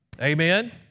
Amen